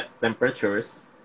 temperatures